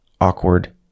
awkward